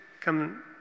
come